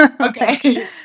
Okay